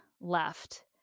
left